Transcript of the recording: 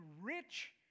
rich